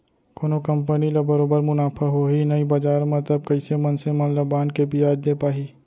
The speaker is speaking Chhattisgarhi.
कोनो कंपनी ल बरोबर मुनाफा होही नइ बजार म तब कइसे मनसे मन ल बांड के बियाज दे पाही